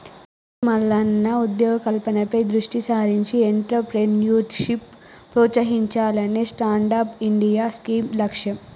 సూడు మల్లన్న ఉద్యోగ కల్పనపై దృష్టి సారించి ఎంట్రప్రేన్యూర్షిప్ ప్రోత్సహించాలనే స్టాండప్ ఇండియా స్కీం లక్ష్యం